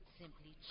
simply